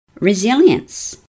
Resilience